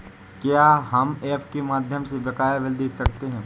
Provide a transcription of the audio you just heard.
क्या हम ऐप के माध्यम से बकाया बिल देख सकते हैं?